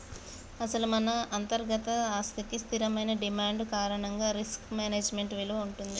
అసలు మన అంతర్గత ఆస్తికి స్థిరమైన డిమాండ్ కారణంగా రిస్క్ మేనేజ్మెంట్ విలువ ఉంటుంది